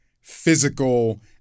physical